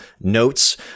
notes